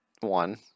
one